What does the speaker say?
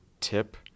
tip